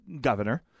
Governor